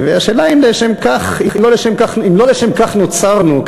והשאלה אם לא לשם כך נוצרנו,